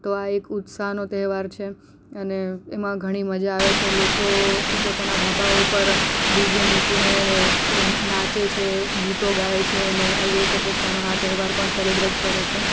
તો આ એક ઉત્સાહનો તહેવાર છે અને એમાં ઘણી મજા આવે છે લોકો પોતાનાં ધાબાઓ ઉપર ડીજે મૂકીને નાચે છે ગીતો ગાય છે અને આવી રીતે પોતાનો આ તહેવાર પણ સેલિબ્રેટ કરે છે